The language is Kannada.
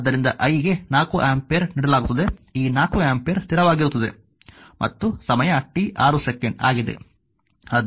ಆದ್ದರಿಂದ i ಗೆ 4 ಆಂಪಿಯರ್ ನೀಡಲಾಗುತ್ತದೆ ಈ 4 ಆಂಪಿಯರ್ ಸ್ಥಿರವಾಗಿರುತ್ತದೆ ಮತ್ತು ಸಮಯ t 6 ಸೆಕೆಂಡ್ ಆಗಿದೆ